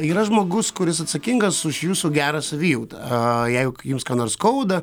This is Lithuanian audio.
yra žmogus kuris atsakingas už jūsų gerą savijautą jeigu jums ką nors skauda